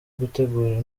gutegura